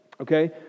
Okay